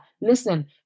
Listen